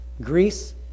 Greece